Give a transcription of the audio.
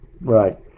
right